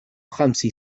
خمس